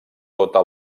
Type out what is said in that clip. tota